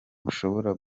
mushobora